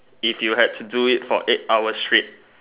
if you had to do it for eight hours straight